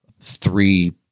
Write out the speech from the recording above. three